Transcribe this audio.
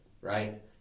right